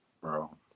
Bro